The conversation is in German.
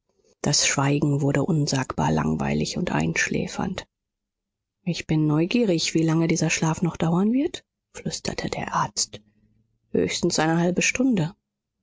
das schweigen wurde unsagbar langweilig und einschläfernd ich bin neugierig wie lange dieser schlaf noch dauern wird flüsterte der arzt höchstens eine halbe stunde